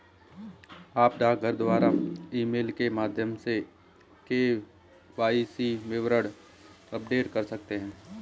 आप डाक द्वारा या ईमेल के माध्यम से के.वाई.सी विवरण अपडेट कर सकते हैं